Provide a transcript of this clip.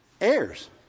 Heirs